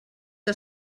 que